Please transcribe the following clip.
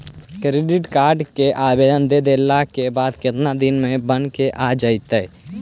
Credit card के आवेदन दे देला के बाद केतना दिन में बनके आ जइतै?